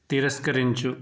తిరస్కరించు